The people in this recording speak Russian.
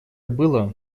было